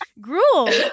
gruel